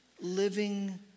living